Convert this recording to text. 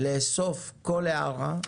לאסוף כל הערה,